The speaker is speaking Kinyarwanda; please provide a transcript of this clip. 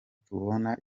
tubona